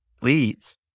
please